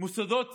מוסדות ציבור,